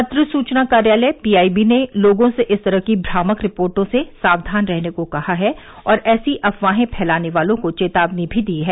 पद्र सूचना कार्यालय पीआईबी ने लोगों से इस तरह की भ्रामक रिपोर्टो से साक्यान रहने को कहा है और ऐसी अफवाहें फैलाने वालों को चेतावनी भी दी है